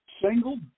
single